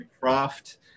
craft